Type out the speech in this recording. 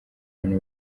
bana